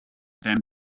them